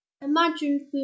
Imagine